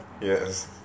Yes